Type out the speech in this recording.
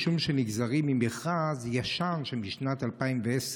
משום שהם נגזרים ממכרז ישן משנת 2010,